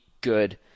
good